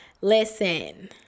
Listen